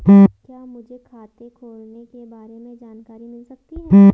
क्या मुझे खाते खोलने के बारे में जानकारी मिल सकती है?